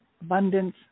abundance